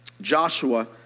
Joshua